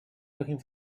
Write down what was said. looking